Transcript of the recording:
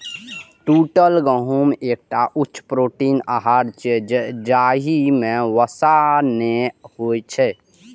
टूटल गहूम एकटा उच्च प्रोटीन आहार छियै, जाहि मे वसा नै होइ छै